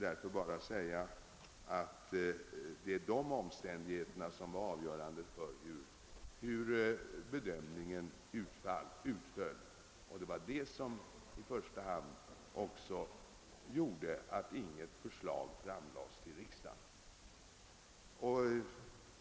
Det var alltså dessa omständigheter som var avgörande för utfallet av bedömningen och som i första hand föranledde att inget förslag framlades för riksdagen.